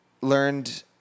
learned